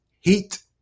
heat